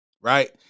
right